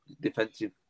defensive